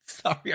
Sorry